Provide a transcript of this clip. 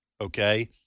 okay